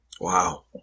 Wow